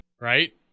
right